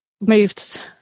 moved